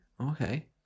okay